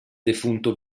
defunto